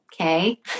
Okay